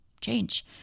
change